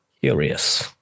Curious